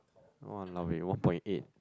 !walao! eh one point eight